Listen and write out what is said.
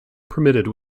permitted